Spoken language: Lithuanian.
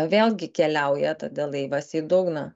vėlgi keliauja tada laivas į dugną